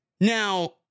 Now